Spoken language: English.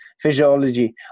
physiology